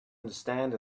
understand